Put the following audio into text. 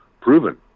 proven